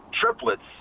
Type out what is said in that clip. triplets